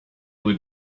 would